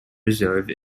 reserve